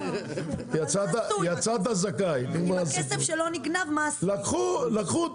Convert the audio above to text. יצאת זכאי, נגמר הסיפור.